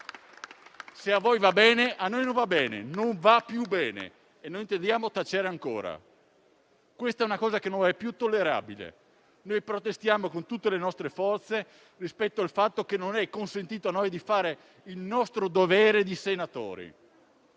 Se a voi va bene, a noi non va più bene e non intendiamo tacere ancora. È una cosa che non è più tollerabile. Protestiamo con tutte le nostre forze rispetto al fatto che non ci è consentito di fare il nostro dovere di senatori.